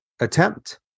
attempt